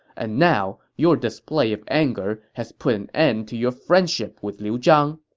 and now, your display of anger has put an end to your friendship with liu zhang.